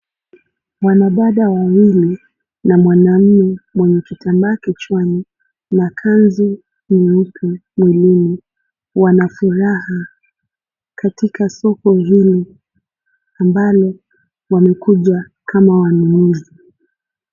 Wanadada wawili na mwanaume mwenye kitambaa kichwani na kanzu nyeupe mwilini. Wanafurahi katika soko hili amabalo wamekuja kama wanunuzi.